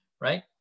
right